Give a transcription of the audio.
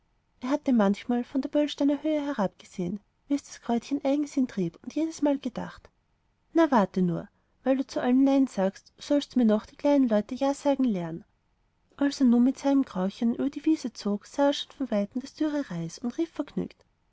er hatte manchmal von der böllsteiner höhe herabgesehen wie es das kräutchen eigensinn trieb und jedesmal gedacht na warte nur weil du zu allem nein sagst sollst du mir noch die kleinen leute ja sagen lehren als er nun mit seinem grauchen über die wiese zog sah er schon von weitem das dürre reis und rief vergnügt